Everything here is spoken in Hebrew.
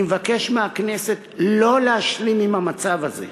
אני מבקש מהכנסת לא להשלים עם מצב זה,